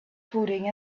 footing